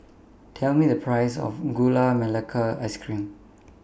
Tell Me The Price of Gula Melaka Ice Cream